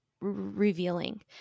revealing